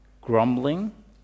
grumbling